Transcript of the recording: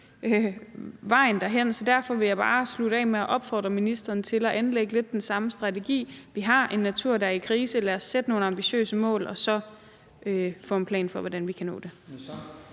vejen for det. Derfor vil jeg bare slutte af med at opfordre ministeren til at anlægge lidt den samme strategi. Vi har en natur, der er i krise, så lad os sætte nogle ambitiøse mål og så få en plan for, hvordan vi kan nå det.